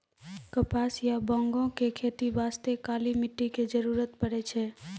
कपास या बांगो के खेती बास्तॅ काली मिट्टी के जरूरत पड़ै छै